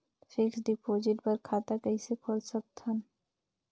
Fixed deposit बर खाता कइसे खोल सकत हन?